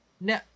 No